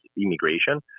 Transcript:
immigration